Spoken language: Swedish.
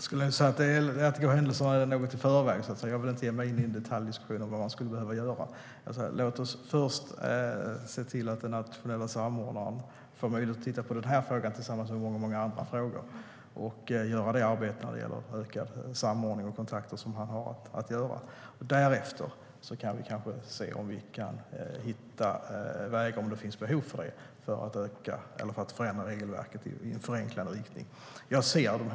Herr talman! Det vore att gå händelserna i förväg. Jag vill inte ge mig in en detaljdiskussion om vad man skulle behöva göra. Låt oss först se till att den nationella samordnaren får möjlighet att titta på den här frågan tillsammans med många andra frågor och göra det arbete med ökad samordning och kontakter som han har att göra. Därefter kanske vi kan se om vi kan hitta vägar att förenkla regelverket, om det finns behov av det.